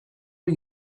bir